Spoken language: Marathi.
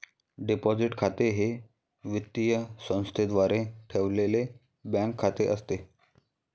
डिपॉझिट खाते हे वित्तीय संस्थेद्वारे ठेवलेले बँक खाते असते